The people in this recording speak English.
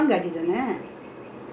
oh I thought it was mister pang